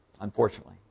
unfortunately